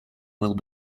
will